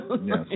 Yes